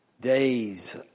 Days